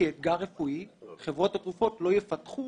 כאתגר רפואי חברות התרופות לא יפתחו